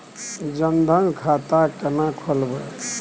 जनधन खाता केना खोलेबे?